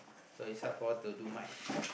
so it's hard for her to do much